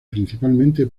principalmente